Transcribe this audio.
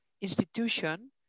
institution